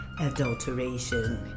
adulteration